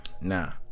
nah